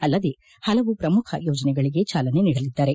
ಅಲ್ಲದೇ ಪಲವು ಪ್ರಮುಖ ಯೋಜನೆಗಳಿಗೆ ಜಾಲನೆ ನೀಡಲಿದ್ದಾರೆ